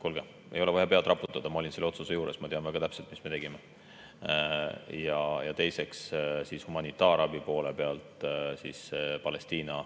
Kuulge, ei ole vaja pead raputada! Ma olin selle otsuse tegemise juures, ma tean väga täpselt, mis me tegime. Ja teiseks, humanitaarabi poole pealt – see oli Palestiina